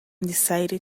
decided